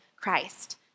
Christ